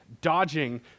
dodging